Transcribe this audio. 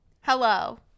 Hello